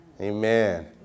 Amen